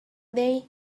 day